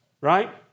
right